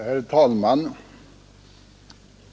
Herr talman!